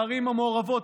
בערים המעורבות,